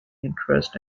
interest